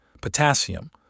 potassium